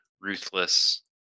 ruthless